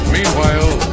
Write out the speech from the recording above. Meanwhile